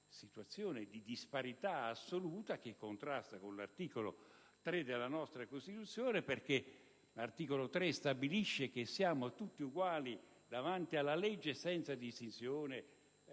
situazione di disparità assoluta, che contrasta con l'articolo 3 della nostra Costituzione, il quale stabilisce che siamo tutti uguali davanti alla legge senza distinzioni,